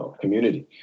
community